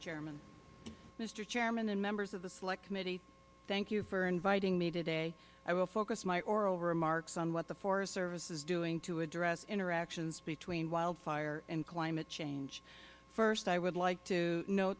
chairman mister chairman and members of the select committee thank you for inviting me today i will focus my oral remarks on what the forest service is doing to address interactions between wildfire and climate change first i would like to no